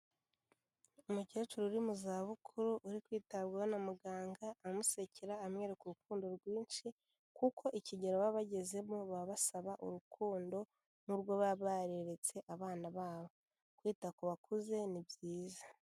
Umukecuru uri mu za bukuru uri kwitabwaho na muganga, amusekera, amwereka urukundo rwinshi, kuko ikigero baba bagezemo baba basaba urukundo nk'urwo baba barereretse abana babo. Kwita ku bakuze ni byiza.